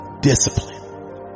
discipline